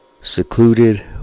secluded